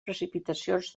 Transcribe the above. precipitacions